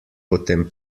potem